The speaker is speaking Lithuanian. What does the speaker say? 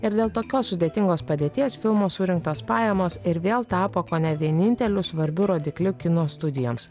ir dėl tokios sudėtingos padėties filmo surinktos pajamos ir vėl tapo kone vieninteliu svarbiu rodikliu kino studijoms